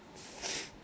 okay